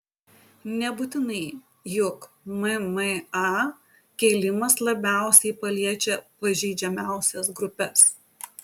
nebūtinai juk mma kėlimas labiausiai paliečia pažeidžiamiausias grupes